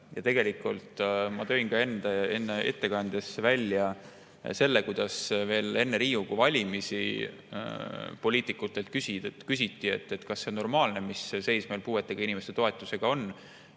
Ja tegelikult ma tõin ka enda ettekandes välja selle, kuidas veel enne Riigikogu valimisi poliitikutelt küsiti, kas see on normaalne, mis seis meil puuetega inimeste toetustega on.